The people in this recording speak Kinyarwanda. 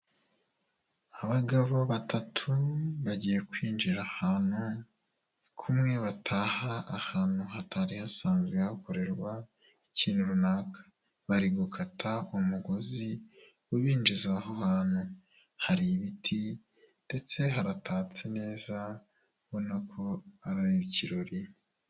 Abagabo batatu bagiye kwinjira ahantu, kumwe bataha ahantu hatari hasanzwe hakorerwa ikintu runaka. Bari gukata umugozi ubinjiza aho hantu, hari ibiti ndetse haratatse neza, bigaragara ko hari ikirori.